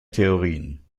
theorien